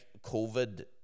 COVID